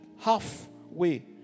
halfway